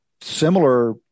similar